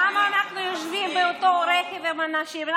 למה אנחנו יושבים באותו רכב עם נשים?